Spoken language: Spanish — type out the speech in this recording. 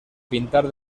pintar